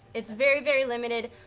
it's very, very limited,